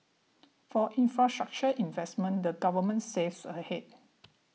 for infrastructure investments the Government saves ahead